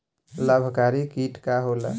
लाभकारी कीट का होला?